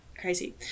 crazy